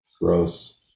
Gross